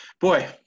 boy